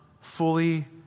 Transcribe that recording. fully